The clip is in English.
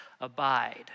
abide